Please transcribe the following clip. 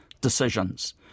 decisions